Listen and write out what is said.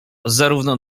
zarówno